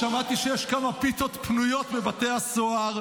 שמעתי שיש כמה פיתות פנויות בבתי הסוהר.